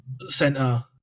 center